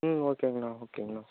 ம் ஓகேங்கண்ணா ஓகேங்கண்ணா